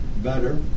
better